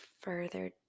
further